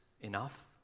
enough